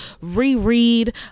Reread